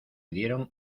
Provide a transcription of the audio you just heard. dieron